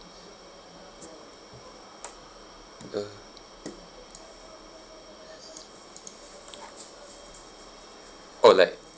mm orh like